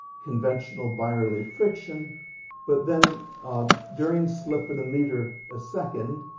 conventional byerlee friction but then ah during slip at a meter a second